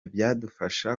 byadufasha